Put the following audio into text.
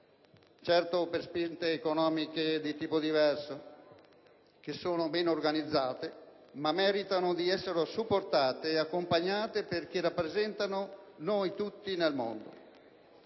certo per spinte economiche di tipo diverso, che sono meno organizzate ma meritano di essere supportate ed accompagnate perché rappresentano noi tutti nel mondo.